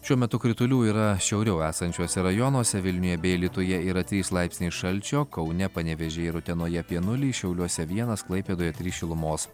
šiuo metu kritulių yra šiauriau esančiuose rajonuose vilniuje bei alytuje yra trys laipsniai šalčio kaune panevėžyje ir utenoje apie nulį šiauliuose vienas klaipėdoje trys šilumos